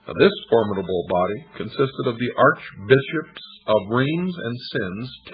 this formidable body consisted of the archbishops of rheims and sens,